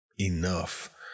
enough